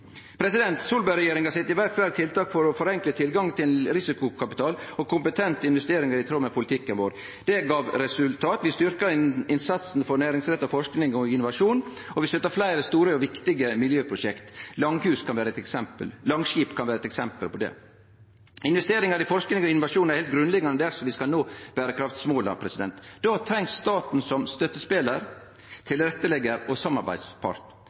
kompetente investeringar i tråd med politikken vår. Det gav resultat: Vi styrkte innsatsen for næringsretta forsking og innovasjon, og vi støtta fleire store og viktige miljøprosjekt. Langskip kan vere eit eksempel på det. Investeringar i forsking og innovasjon er heilt grunnleggjande dersom vi skal nå berekraftsmåla. Då trengst staten som støttespelar, tilretteleggjar og samarbeidspartnar. Derimot er det mindre behov for ein stat som vil vere næringsaktør og